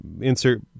insert